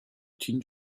teen